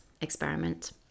experiment